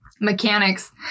mechanics